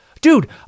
dude